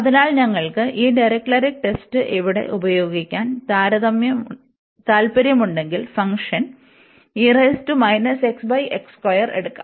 അതിനാൽ നിങ്ങൾക്ക് ഈ ഡിറിക്ലെറ്റ് ടെസ്റ്റ് ഇവിടെ ഉപയോഗിക്കാൻ താൽപ്പര്യമുണ്ടെങ്കിൽ ഫംഗ്ഷൻ എടുക്കാം